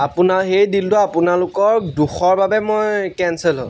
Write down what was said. আপোনাৰ সেই দিলটো আপোনালোকৰ দোষৰ বাবে মই কেনচেল হ'ল